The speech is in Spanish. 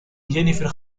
jennifer